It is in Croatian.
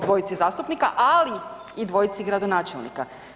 Dvojici zastupnika, ali i dvojici gradonačelnika.